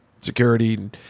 security